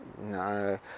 No